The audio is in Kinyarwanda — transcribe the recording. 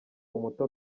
umuto